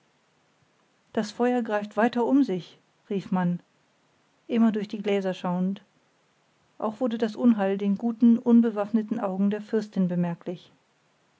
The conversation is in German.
das feuer greift weiter um sich rief man immer durch die gläser schauend auch wurde das unheil den guten unbewaffneten augen der fürstin bemerklich